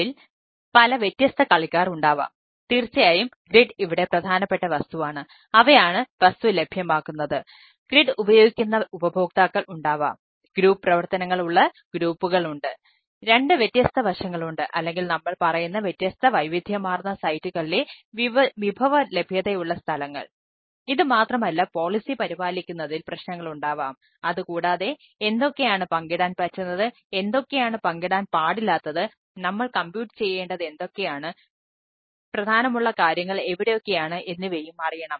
ഇതിൽ പല വ്യത്യസ്ത കളിക്കാർ ഉണ്ടാവാം തീർച്ചയായും ഗ്രിഡ് ചെയ്യേണ്ടത് എന്തൊക്കെയാണ് പ്രധാനമുള്ള കാര്യങ്ങൾ എവിടെയൊക്കെയാണ് എന്നിവയും അറിയണം